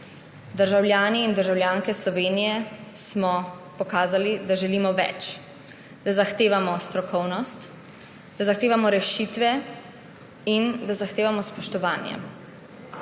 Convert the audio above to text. Državljani in državljanke Slovenije smo pokazali, da želimo več, da zahtevamo strokovnost, da zahtevamo rešitve in da zahtevamo spoštovanje.